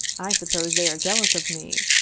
i suppose they are jealous of me.